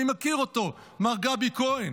אני מכיר אותו, מר גבי כהן.